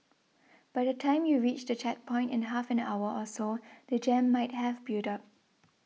by the time you reach the checkpoint in half an hour or so the jam might have built up